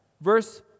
Verse